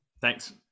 Thanks